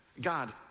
God